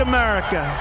America